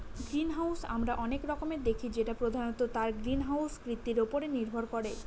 greenhouse আমরা অনেক রকমের দেখি যেটা প্রধানত তার গ্রিনহাউস কৃতির উপরে নির্ভর করে